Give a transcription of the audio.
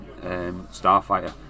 Starfighter